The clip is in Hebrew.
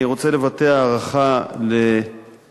אני רוצה לבטא הערכה לידידי,